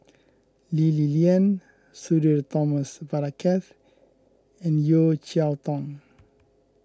Lee Li Lian Sudhir Thomas Vadaketh and Yeo Cheow Tong